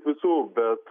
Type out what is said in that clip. visų bet